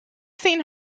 seen